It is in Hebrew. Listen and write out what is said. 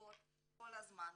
סדנאות כל הזמן,